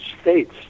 states